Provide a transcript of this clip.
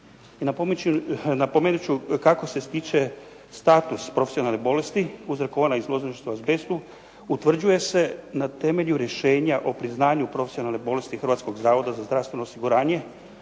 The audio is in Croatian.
I napomenut ću kako se stiče status profesionalne bolesti uzrokovane izloženosti azbestu, utvrđuje se na temelju rješenja o priznanju profesionalne bolesti Hrvatskog zavoda za zdravstveno osiguranje